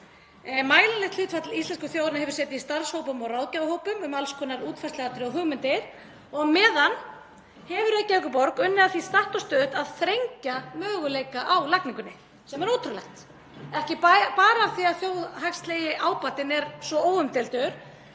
Mælanlegt hlutfall íslensku þjóðarinnar hefur setið í starfshópum og ráðgjafahópum um alls konar útfærsluatriði og hugmyndir og á meðan hefur Reykjavíkurborg unnið að því statt og stöðugt að þrengja möguleika á lagningunni, sem er ótrúlegt, ekki bara af því að þjóðhagslegi ábatinn er svo óumdeildur